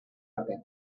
arte